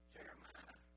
Jeremiah